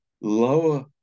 lower